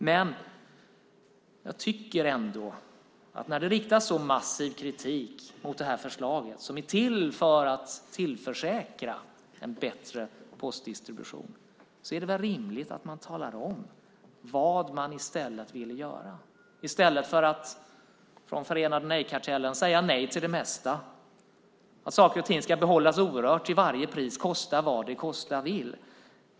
Men när det riktas så massiv kritik mot det här förslaget, som är till för att tillförsäkra en bättre postdistribution, är det väl rimligt att från den förenade nej-kartellen tala om vad man vill göra i stället för att säga nej till det mesta för att saker och ting ska behållas orört till varje pris, kosta vad det kosta vill.